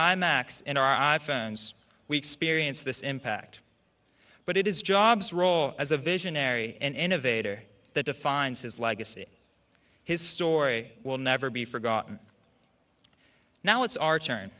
i macs and our i phones we experience this impact but it is jobs role as a visionary an innovator that defines his legacy his story will never be forgotten now it's our t